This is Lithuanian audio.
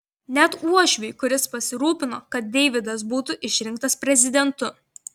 net uošviui kuris pasirūpino kad deividas būtų išrinktas prezidentu